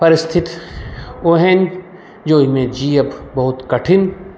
परिस्थिति ओहन जे ओहिमे जिअब बहुत कठिन